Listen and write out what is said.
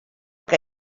que